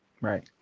Right